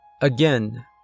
Again